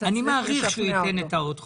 אני מעריך שהוא ייתן את העוד חודש.